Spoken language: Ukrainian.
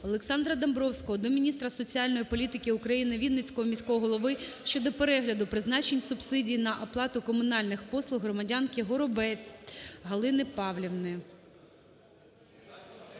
Олександра Домбровського до міністра соціальної політики України, Вінницького міського голови щодо перегляду призначення субсидії на оплату комунальних послуг громадянки Горобець Галини Павлівни.